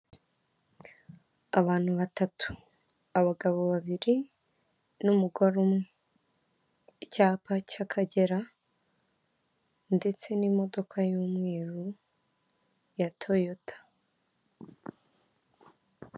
Abantu batatu abagabo babiri n'umugore umwe. Icyapa cy'Akagera ndetse n'imodoka y'umweru ya toyota.